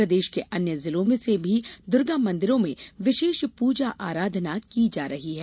प्रदेश के अन्य जिलों में भी दुर्गा मंदिरों में विशेष पूजा आराधना की जा रही है